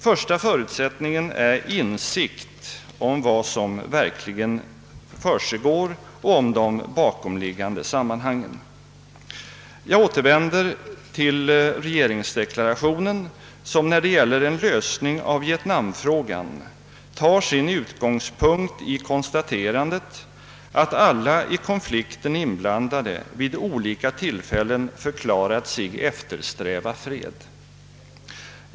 Första förutsättningen är insikt om vad som verkligen försiggår och om de bakomliggande sammanhangen. Jag återvänder till regeringsdeklarationen, som när det gäller en lösning av vietnamfrågan tar sin utgångspunkt i konstaterandet att al la i konflikten inblandade vid olika tillfällen förklarat sig eftersträva fred.